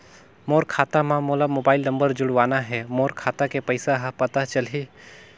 मोर खाता मां मोला मोबाइल नंबर जोड़वाना हे मोर खाता के पइसा ह पता चलाही?